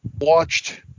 watched